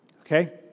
Okay